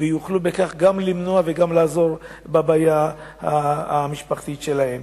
ויכולים גם למנוע וגם לעזור בבעיה המשפחתית שלהם.